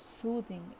soothing